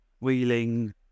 wheeling